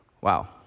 Wow